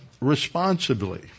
responsibly